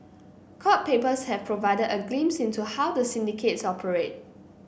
court papers have provided a glimpse into how the syndicates operate